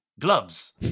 gloves